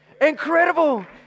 Incredible